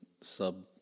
sub